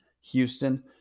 Houston